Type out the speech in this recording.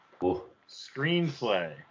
screenplay